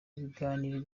ibiganiro